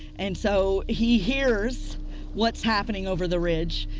and so, he hears what's happening over the ridge,